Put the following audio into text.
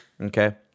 okay